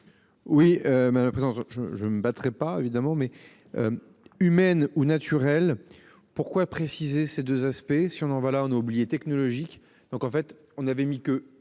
Oui ma présence je je me battrai pas évidemment mais. Humaine ou naturelle. Pourquoi préciser ces 2 aspects si on on va là. On a oublié technologique, donc en fait on avait mis que